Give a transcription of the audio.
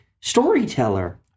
storyteller